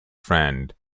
friend